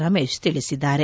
ರಮೇಶ್ ತಿಳಿಸಿದ್ದಾರೆ